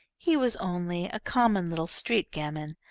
he was only a common little street gamin,